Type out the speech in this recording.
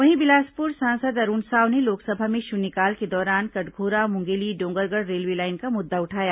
वहीं बिलासपुर सांसद अरूण साव ने लोकसभा में शून्यकाल के दौरान कटघोरा मुंगेली डोंगरगढ़ रेलवे लाइन का मुद्दा उठाया